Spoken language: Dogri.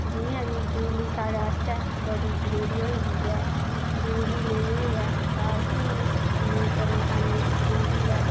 जियां के बिजली साढ़े आस्तै बड़ी जरूरी होई गेदी ऐ बिजली नेईं होऐ तां असेंई इन्नी परेशानी औंदी ऐ